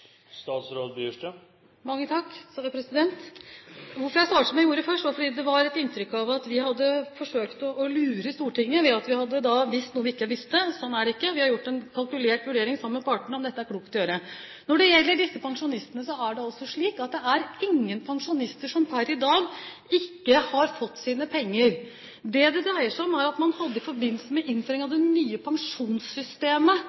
Hvorfor jeg først svarte som jeg gjorde, var fordi det var inntrykk av at vi hadde forsøkt å lure Stortinget med at vi visste noe vi ikke visste. Sånn er det ikke. Vi har gjort en kalkulert vurdering sammen med partene om dette er klokt å gjøre. Når det gjelder pensjonistene, er det altså slik at det per i dag ikke er noen pensjonister som ikke har fått pengene sine. Det det dreier seg om, er at man i forbindelse med innføringen av